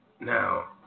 Now